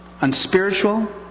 unspiritual